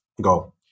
Go